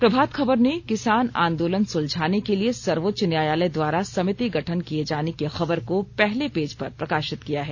प्रभात खबर ने किसान आंदोलन सुलझाने के लिए सर्वोच्च न्यायालय द्वारा समिति गठन किये जाने की खबर को पहले पेज पर प्रकाशित किया है